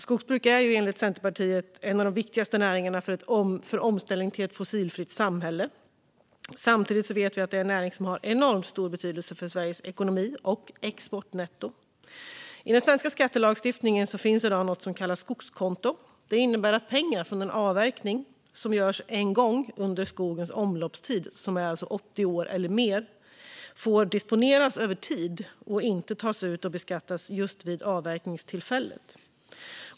Skogsbruk är enligt Centerpartiet en av de viktigaste näringarna för omställning till ett fossilfritt samhälle. Samtidigt vet vi att det är en näring som har enormt stor betydelse för Sveriges ekonomi och exportnetto. I den svenska skattelagstiftningen finns i dag något som kallas skogskonto. Det innebär att pengar från en avverkning som görs en gång under skogens omloppstid - som alltså är 80 år eller mer - får disponeras över tid och inte tas ut och beskattas just vid avverkningstillfället.